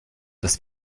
dass